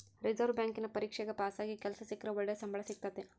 reserve ಬ್ಯಾಂಕಿನ ಪರೀಕ್ಷೆಗ ಪಾಸಾಗಿ ಕೆಲ್ಸ ಸಿಕ್ರ ಒಳ್ಳೆ ಸಂಬಳ ಸಿಕ್ತತತೆ